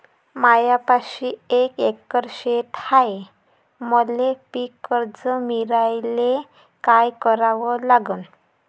मायापाशी एक एकर शेत हाये, मले पीककर्ज मिळायले काय करावं लागन?